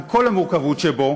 עם כל המורכבות שבו,